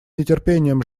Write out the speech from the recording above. нетерпением